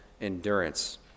endurance